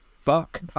Fuck